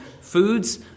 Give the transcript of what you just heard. foods